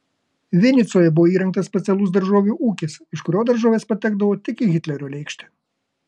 vinicoje buvo įrengtas specialus daržovių ūkis iš kurio daržovės patekdavo tik į hitlerio lėkštę